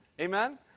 Amen